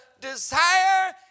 desire